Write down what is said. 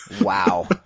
Wow